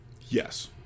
Yes